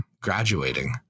graduating